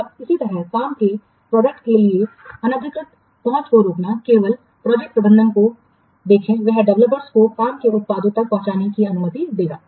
और इसी तरह काम के उत्पादों के लिए अनधिकृत पहुंच को रोकना केवल प्रोजेक्ट प्रबंधक को देखें वह डेवलपर्स को काम के उत्पादों तक पहुंचने की अनुमति देगा